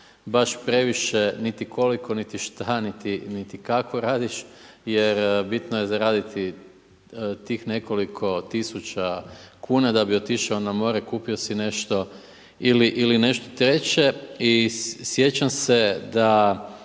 baš previše niti koliko niti šta niti kako radiš jer bitno je zaraditi tih nekoliko tisuća da bi otišao na more, kupio si nešto ili nešto treće. I sjećam se da